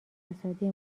اقتصادی